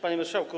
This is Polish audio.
Panie Marszałku!